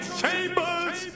chambers